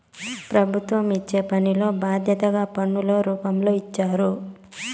ప్రభుత్వం ఇచ్చే పనిలో బాధ్యతగా పన్నుల రూపంలో ఇచ్చారు